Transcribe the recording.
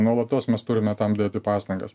nuolatos mes turime tam dėti pastangas